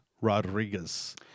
Rodriguez